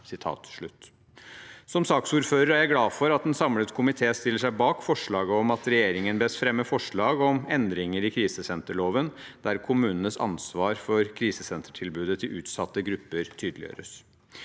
Som saksordfører er jeg glad for at en samlet komité stiller seg bak forslaget om at regjeringen bes fremme forslag om endringer i krisesenterloven, der kommunenes ansvar for krisesentertilbudet til utsatte grupper tydeliggjøres.